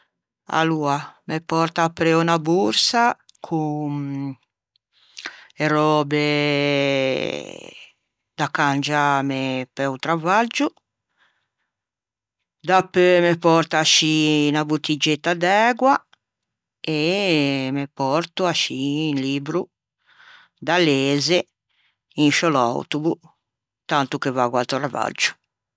Aloa me pòrto apreuo unna borsa con e röbe da cangiâme pe-o travaggio, dapeu me pòrto ascì unna bottigetta d'ægua e me pòrto ascì un libbro da leze in sce l'autobo tanto che vaggo à travaggio.